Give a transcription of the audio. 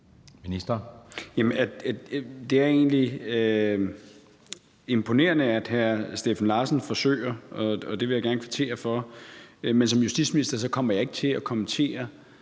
Det er egentlig imponerende, at hr. Steffen Larsen forsøger det her, og det vil jeg gerne kvittere for, men som justitsminister kommer jeg ikke til at kommentere